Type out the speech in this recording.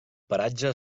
paratge